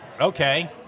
okay